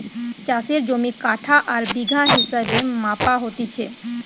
চাষের জমি কাঠা আর বিঘা হিসেবে মাপা হতিছে